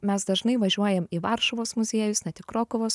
mes dažnai važiuojam į varšuvos muziejus net į krokuvos